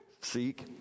seek